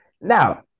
Now